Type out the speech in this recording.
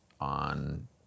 on